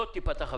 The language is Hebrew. לא תיפתח.